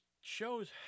shows